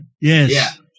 Yes